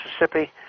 Mississippi